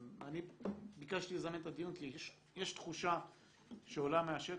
אני ביקשתי לזמן את הדיון כי יש תחושה שעולה מהשטח,